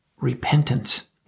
repentance